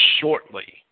shortly